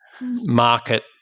market